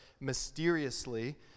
mysteriously